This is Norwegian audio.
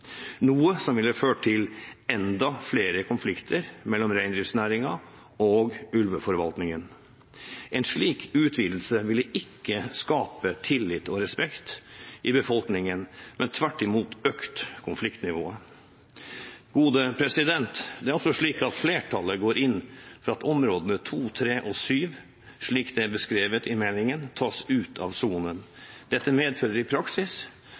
noe som ville ført til enda flere konflikter mellom reindriftsnæringen og ulveforvaltningen. En slik utvidelse ville ikke skape tillit og respekt i befolkningen, men tvert imot økt konfliktnivået. Det er også slik at flertallet går inn for at områdene 2, 3 og 7, slik det er beskrevet i meldingen, tas ut av sonen. Dette medfører i praksis